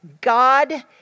God